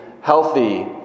healthy